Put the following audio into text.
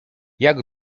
jak